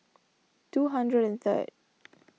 two hundred and third